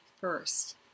first